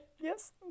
Yes